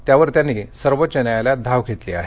त्यावर त्यांनी सर्वोच्च न्यायालयात धाव घेतली आहे